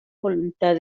voluntad